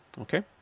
Okay